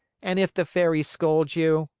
and if the fairy scolds you?